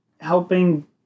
helping